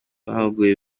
bahuguwe